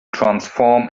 transform